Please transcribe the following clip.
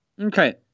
Okay